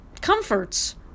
comforts